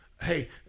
hey